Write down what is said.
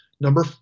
number